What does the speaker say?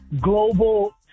global